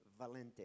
Valente